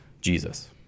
Jesus